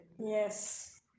yes